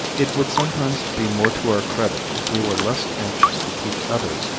it would sometimes be more to our credit if we were less anxious to teach others,